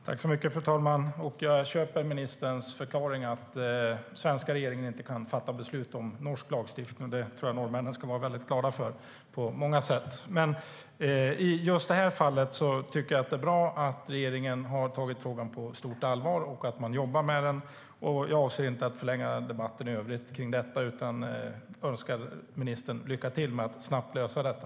Fru talman! Jag köper ministerns förklaring att den svenska regeringen inte kan fatta beslut om norsk lagstiftning. Det tror jag att norrmännen ska vara väldigt glada för, på många sätt. I just det här fallet tycker jag att det är bra att regeringen har tagit frågan på stort allvar och jobbar med den. Jag avser inte att förlänga debatten i övrigt kring detta utan önskar ministern lycka till med att snabbt lösa detta.